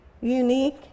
unique